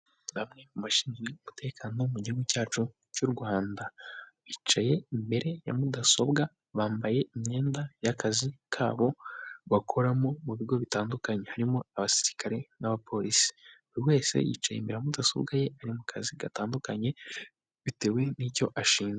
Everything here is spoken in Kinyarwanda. Bamwe mu bashinzwe umutekano mu gihugu cyacu cy'u Rwanda, bicaye imbere ya mudasobwa, bambaye imyenda y'akazi kabo bakoramo mu bigo bitandukanye, harimo abasirikare n'abapolisi , buri wese yicaye imbere ya mudasobwa ye bari mu kazi gatandukanye, bitewe n'icyo ashinzwe.